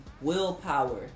willpower